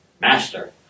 master